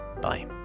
Bye